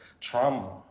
trauma